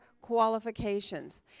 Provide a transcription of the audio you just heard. qualifications